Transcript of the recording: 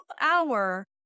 hour